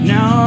Now